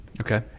Okay